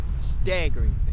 staggering